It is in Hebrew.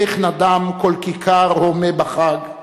איך נדם קול כיכר הומה בחג /